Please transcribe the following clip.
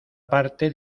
parte